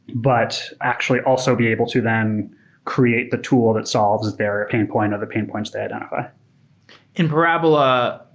but actually also be able to then create the tool that solves their pain point, or the pain points they identify in parabola,